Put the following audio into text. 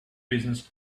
business